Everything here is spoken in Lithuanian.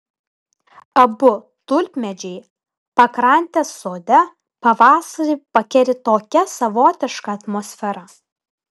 abu tulpmedžiai pakrantės sode pavasarį pakeri tokia savotiška atmosfera